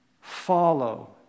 follow